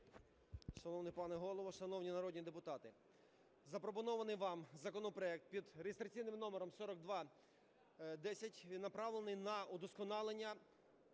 Дякую.